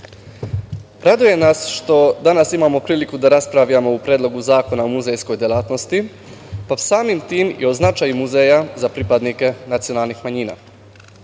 nas što danas imamo priliku da raspravljamo o Predlogu zakona o muzejskoj delatnosti, pa samim tim i o značaju muzeja za pripadnike nacionalnih manjina. Kao